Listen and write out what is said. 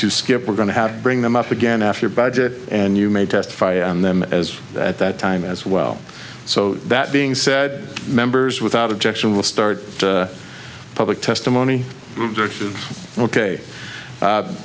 to skip we're going to have to bring them up again after budget and you may testify on them as at that time as well so that being said members without objection will start public testimony ok